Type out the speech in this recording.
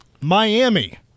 Miami